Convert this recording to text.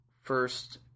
first